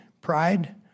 pride